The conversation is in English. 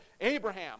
Abraham